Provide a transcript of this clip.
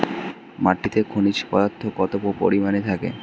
মাটিতে খনিজ পদার্থ কত পরিমাণে থাকে?